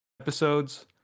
episodes